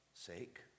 sake